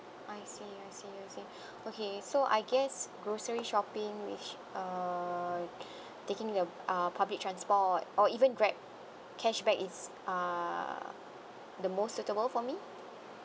I see I see I see okay so I guess grocery shopping which uh taking the uh public transport or even grab cashback is uh the most suitable for me